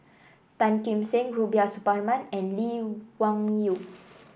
Tan Kim Seng Rubiah Suparman and Lee Wung Yew